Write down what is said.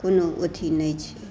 कोनो अथी नहि छै